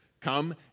come